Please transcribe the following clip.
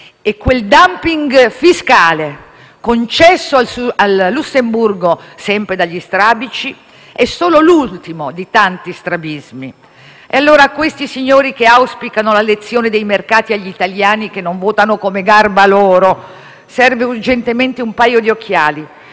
E quel *dumping* fiscale concesso al Lussemburgo, sempre dagli strabici, è solo l'ultimo di tanti strabismi. E allora, a questi signori, che auspicano la lezione dei mercati agli italiani che non votano come garba loro, servono urgentemente un paio di occhiali,